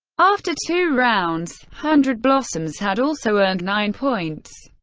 after two rounds, hundred blossoms had also earned nine points.